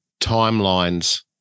timelines